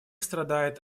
страдает